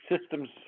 systems